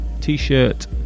t-shirt